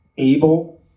Able